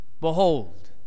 Behold